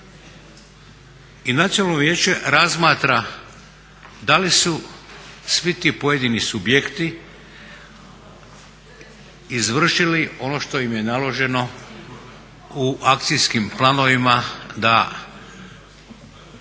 I Nacionalno vijeće razmatra da li su svi ti pojedini subjekti izvršili ono što im je naloženo u akcijskim planovima da ostvare